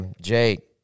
Jake